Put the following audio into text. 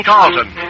Carlton